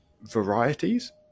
varieties